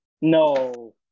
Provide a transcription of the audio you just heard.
No